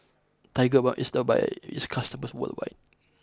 Tigerbalm is loved by its customers worldwide